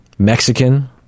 Mexican